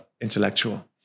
intellectual